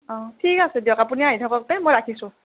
অ' ঠিক আছে দিয়ক আপুনি আহি থাকক তে মই ৰাখিছোঁ